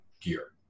gear